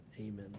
amen